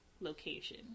location